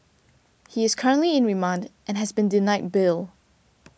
he is currently in remand and has been denied bail